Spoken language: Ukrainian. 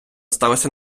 сталося